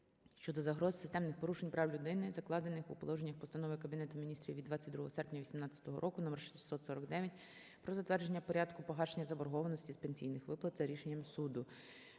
щодо загроз системних порушень прав людини, закладених у положеннях Постанови Кабінету Міністрів України від 22 серпня 2018 року № 649 "Про затвердження Порядку погашення заборгованості з пенсійних виплат за рішеннями суду".